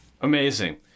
Amazing